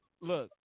look